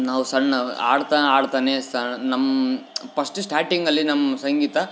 ನಾವು ಸಣ್ಣ ಹಾಡ್ತಾ ಹಾಡ್ತಾನೆ ಸ ನಮ್ಮ ಫಸ್ಟ್ ಸ್ಟಾಟಿಂಗಲ್ಲಿ ನಮ್ಮ ಸಂಗೀತ